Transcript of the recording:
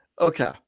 Okay